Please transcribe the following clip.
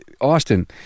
Austin